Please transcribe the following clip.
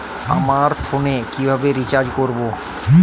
আমার ফোনে কিভাবে রিচার্জ করবো?